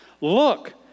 Look